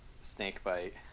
Snakebite